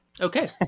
Okay